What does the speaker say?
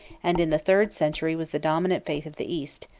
and in the third century was the dominant faith of the east,